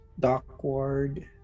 Dockward